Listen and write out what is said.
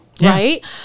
right